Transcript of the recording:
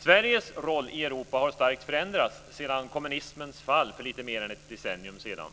Sveriges roll i Europa har starkt förändrats sedan kommunismens fall för lite mer än ett decennium sedan.